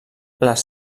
les